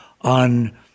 on